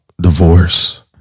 divorce